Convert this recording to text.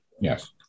yes